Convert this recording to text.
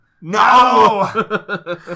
No